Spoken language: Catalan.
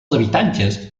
habitatges